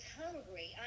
hungry